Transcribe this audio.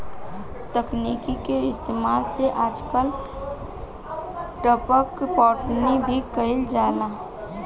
तकनीक के इस्तेमाल से आजकल टपक पटौनी भी कईल जाता